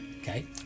Okay